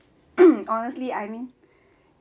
honestly I mean